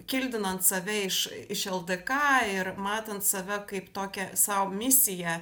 kildinant save iš iš ldk ir matant save kaip tokią sau misiją